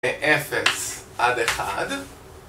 אפס עד אחד